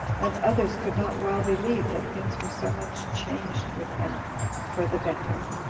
and others could not well believe that things were so much changed with him for the better.